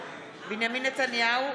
בנימין נתניהו,